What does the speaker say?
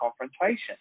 confrontation